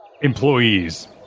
employees